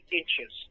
inches